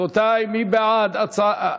רבותי, מי בעד הצעת